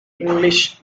english